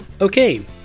Okay